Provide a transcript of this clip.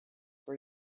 for